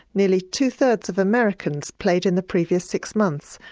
nearly two-thirds of americans played in the previous six months,